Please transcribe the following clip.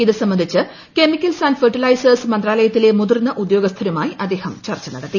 ഇത് സംബന്ധിച്ച് chemicals and fertilisers മന്ത്രാലയത്തിലെ മുതിർന്ന ഉദ്യോഗസ്ഥരുമായി അദ്ദേഹം ചർച്ചകൾ നടത്തി